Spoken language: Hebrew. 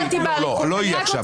לא תהיה עכשיו.